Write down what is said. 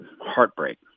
heartbreak